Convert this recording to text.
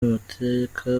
amateka